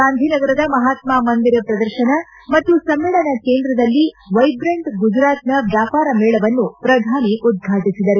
ಗಾಂಧಿನಗರದ ಮಹಾತ್ನಾ ಮಂದಿರ ಪ್ರದರ್ಶನ ಮತ್ತು ಸಮ್ನೇಳನ ಕೇಂದ್ರದಲ್ಲಿ ವೈಜ್ರೆಂಟ್ ಗುಜರಾತ್ನ ವ್ಯಾಪಾರ ಮೇಳವನ್ನು ಪ್ರಧಾನಿ ಉದ್ಘಾಟಿಸಿದರು